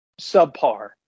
subpar